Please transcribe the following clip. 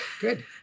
Good